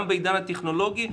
גם בעידן הטכנולוגי,